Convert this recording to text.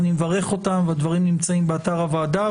ואני מברך אותם, והדברים נמצאים באתר הוועדה.